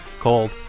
called